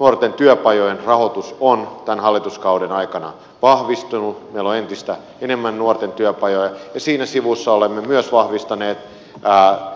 nuorten työpajojen rahoitus on tämän hallituskauden aikana vahvistunut meillä on entistä enemmän nuorten työpajoja ja siinä sivussa olemme myös vahvistaneet